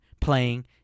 playing